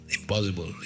impossible